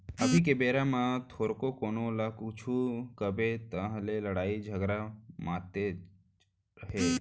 अभी के बेरा म थोरको कोनो ल कुछु कबे तहाँ ले लड़ई झगरा मातनेच हे